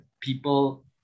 people